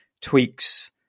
tweaks